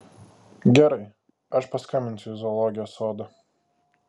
gerai aš paskambinsiu į zoologijos sodą